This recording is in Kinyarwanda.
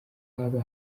haba